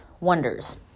wonders